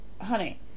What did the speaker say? honey